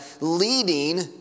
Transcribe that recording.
leading